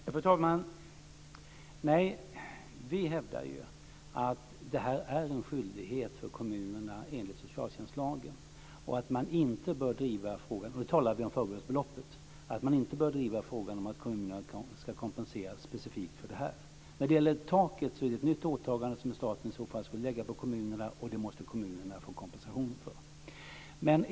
Fru talman! Nej, vi hävdar att det är en skyldighet för kommunerna enligt socialtjänstlagen. Man bör inte driva frågan om att kommunerna ska kompenseras specifikt för detta, och nu talar vi om förbehållsbeloppet. När det gäller taket är det ett nytt åtagande som staten i så fall skulle lägga på kommunerna, och det måste kommunerna få kompensation för.